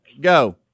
go